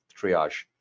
triage